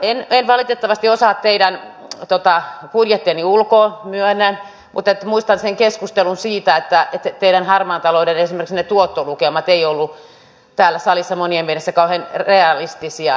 en valitettavasti osaa teidän budjettianne ulkoa myönnän mutta muistan sen keskustelun siitä että teillä esimerkiksi harmaan talouden tuottolukemat eivät olleet täällä salissa monien mielestä kauhean realistia